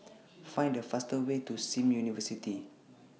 Find The fastest Way to SIM University